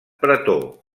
pretor